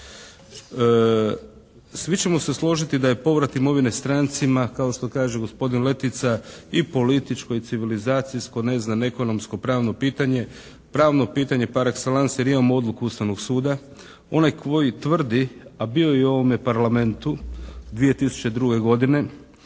Svi ćemo se složiti da je povrat imovine strancima kao što kaže gospodin Letica i političko i civilizacijsko ne znam, ekonomsko, pravno pitanje, pravno pitanje par exellence jer imamo odluku Ustavnog suda. Onaj koji tvrdi a bio je u ovome Parlamentu 2002. godine